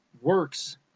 works